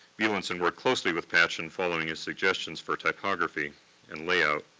beilenson worked closely with patchen following his suggestions for typography and layout.